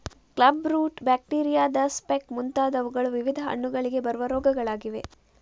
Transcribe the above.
club root, ಬ್ಯಾಕ್ಟೀರಿಯಾದ speck ಮುಂತಾದವುಗಳು ವಿವಿಧ ಹಣ್ಣುಗಳಿಗೆ ಬರುವ ರೋಗಗಳಾಗಿವೆ